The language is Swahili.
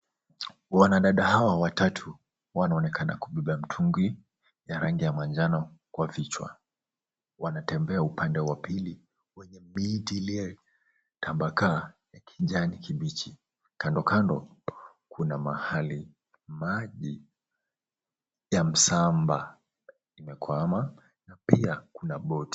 Wanadada hawa watatu, wanaonekana kubeba mtungi ya rangi ya manjano kwa vichwa. Wanatembea upande wa pili wenye miti iliyetapakaa ya kijani kibichi. Kandokando, kuna mahali maji ya msamba imekwama na pia kuna boti.